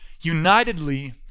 unitedly